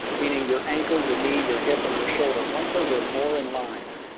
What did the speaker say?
meaning your ankle, your knee, your hip, and your shoulder, once those are more in line,